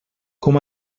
com